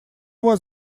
вас